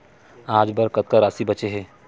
आज बर कतका राशि बचे हे?